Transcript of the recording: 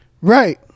Right